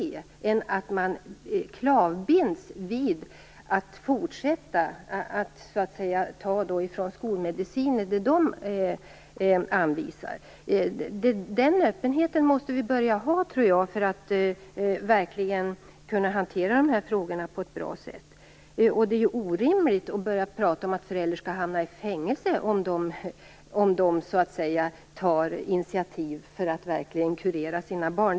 Det måste ju vara bättre än att föräldrarna klavbinds vid att fortsätta att ta emot den behandling som skolmedicinen anvisar. Vi måste börja ha den öppenheten för att vi skall kunna hantera de här frågorna på ett bra sätt. Det är orimligt att prata om att föräldrar skall kunna hamna i fängelse om de tar initiativ för att kurera sina barn.